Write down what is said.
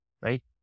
right